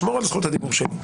שמור על זכות הדיבור שלי.